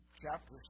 chapter